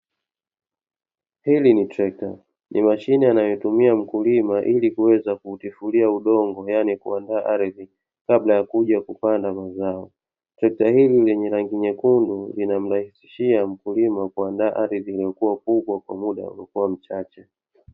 Hili ni trekta. Ni mashine anayotumia mkulima ili kuweza kutifulia udongo, yaani kuandaa ardhi kabla ya kuja kupanda mazao. Trekta hili lenye rangi nyekundu linamrahisishia mkulima kuandaa ardhi kubwa kwa mda huo mchache.